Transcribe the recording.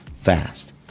fast